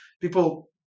people